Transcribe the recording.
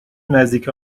نزدیک